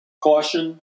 caution